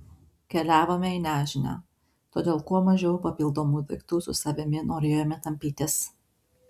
keliavome į nežinią todėl kuo mažiau papildomų daiktų su savimi norėjome tampytis